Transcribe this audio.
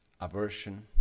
aversion